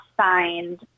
signed